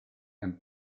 and